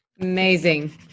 Amazing